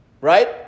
right